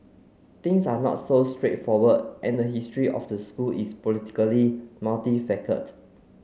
things are not so straightforward and the history of the school is politically multifaceted